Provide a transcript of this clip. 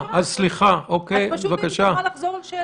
אגב, לפי הנתונים שנמסרו לי,